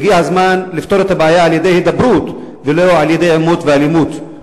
והגיע הזמן לפתור את הבעיה על-ידי הידברות ולא על-ידי עימות ואלימות.